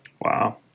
wow